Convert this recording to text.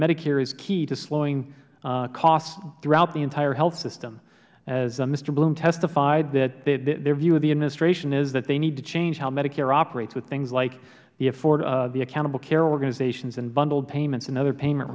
medicare is key to slowing costs throughout the entire health system as mister blum testified their view of the administration is that they need to change how medicare operates with things like the accountable care organizations and bundled payments and other payment